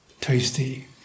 tasty